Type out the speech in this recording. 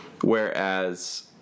Whereas